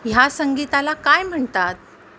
ह्या संगीताला काय म्हणतात